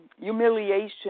Humiliation